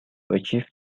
achieve